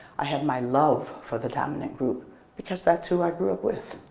i have my love for the dominant group because that's who i grew up with,